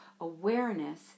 awareness